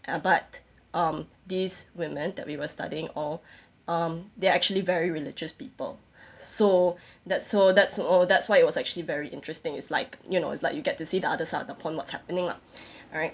ah but um these women that we were studying all um they're actually very religious people so that so that so that's why it was actually very interesting it's like you know it's like you get to see the other side of the pond what's happening lah alright